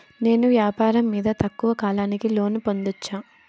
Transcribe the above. నేను వ్యాపారం మీద తక్కువ కాలానికి లోను పొందొచ్చా?